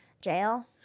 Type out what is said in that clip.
jail